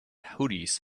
hoodies